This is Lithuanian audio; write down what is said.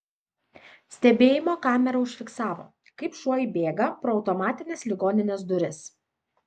stebėjimo kamera užfiksavo kaip šuo įbėga pro automatines ligoninės duris